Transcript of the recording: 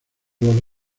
los